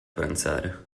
pranzare